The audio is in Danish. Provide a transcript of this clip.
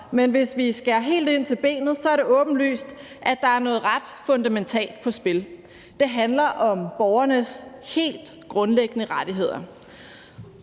men hvis vi skærer helt ind til benet, er det åbenlyst, at der er noget ret fundamentalt på spil. Det handler om borgernes helt grundlæggende rettigheder.